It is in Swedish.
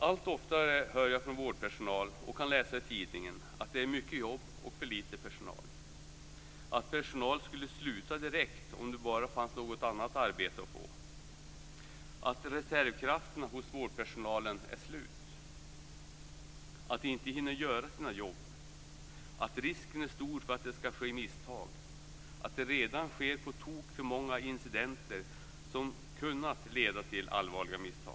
Allt oftare hör jag från vårdpersonal och kan läsa i tidningen att det är mycket jobb och för lite personal och att personal skulle sluta direkt om det bara fanns något annat arbete att få. Jag får höra att reservkrafterna hos vårdpersonalen är slut, att de inte hinner göra sina jobb, att risken är stor att det skall ske misstag och att det redan sker på tok för många incidenter som kunnat leda till allvarliga misstag.